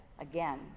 again